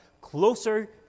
closer